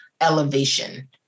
elevation